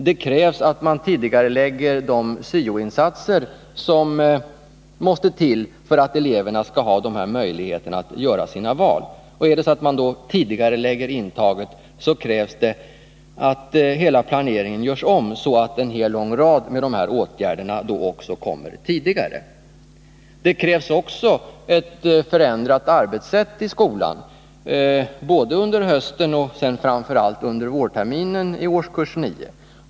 Det krävs också att man tidigarelägger de syo-insatser som måste till för att eleverna skall ha dessa möjligheter att göra sina val. Om man då tidigarelägger intagningen krävs det att hela planeringen görs om, så att även åtgärderna kommer tidigare. Det krävs vidare ett förändrat arbetssätt i skolan, under höstterminen och framför allt under vårterminen i årskurs 9.